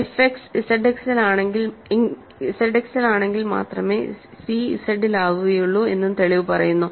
F X Z എക്സിലാണെങ്കിൽ മാത്രമേ C ഇസഡിലാകുകയുള്ളു എന്നും തെളിവ് പറയുന്നു